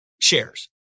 shares